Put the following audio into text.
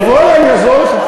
תבוא אלי ואני אעזור לך.